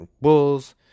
Bulls